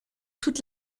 toute